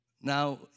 Now